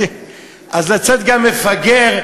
אז לצאת גם מפגר,